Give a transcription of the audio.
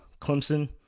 Clemson